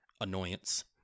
annoyance